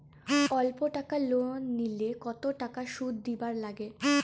অল্প টাকা লোন নিলে কতো টাকা শুধ দিবার লাগে?